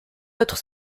autre